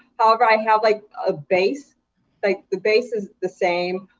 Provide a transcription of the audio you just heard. however, i have like a base, like the base is the same.